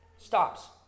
Stops